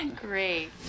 Great